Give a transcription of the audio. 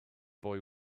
boy